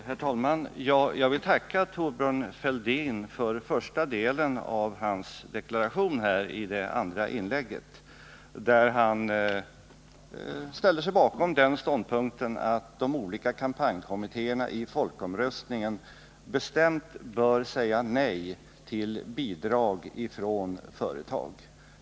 Herr talman! Jag vill tacka Thorbjörn Fälldin för första delen av hans deklaration i det andra inlägget, där han ställer sig bakom ståndpunkten att de olika kampanjkommittéerna i folkomröstningen bestämt bör säga nej till bidrag från företag.